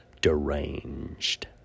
Deranged